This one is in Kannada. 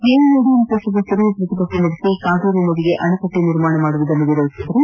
ಎಐಎಡಿಎಂಕೆ ಸದಸ್ನರು ಪ್ರತಿಭಟನೆ ನಡೆಸಿ ಕಾವೇರಿ ನದಿಗೆ ಅಣೆಕಟ್ಟು ನಿರ್ಮಿಸುವುದನ್ನು ವಿರೋಧಿಸಿದರು